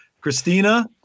christina